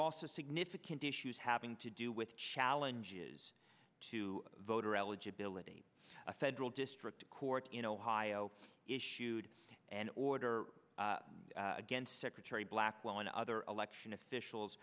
also significant issues having to do with challenges to voter eligibility a federal district court in ohio issued an order against secretary blackwell in other election officials